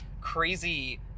crazy